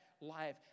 life